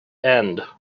end